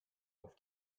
auf